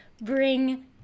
bring